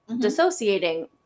dissociating